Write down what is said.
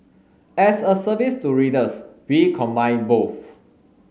as a service to readers we combine both